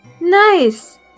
Nice